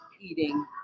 eating